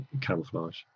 camouflage